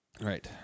Right